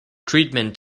treatment